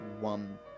one